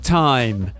time